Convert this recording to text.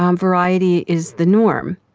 um variety is the norm.